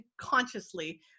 consciously